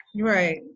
Right